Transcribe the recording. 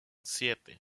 siete